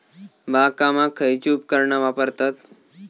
बागकामाक खयची उपकरणा वापरतत?